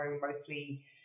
mostly